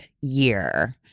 year